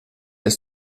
ist